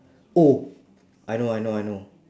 oh I know I know I know